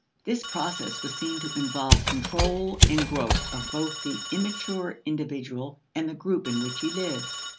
this process was seen to involve control and growth of both the immature individual and the group in which he lives.